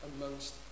amongst